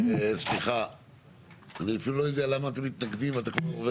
זה לא תחת